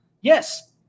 yes